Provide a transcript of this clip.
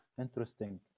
interesting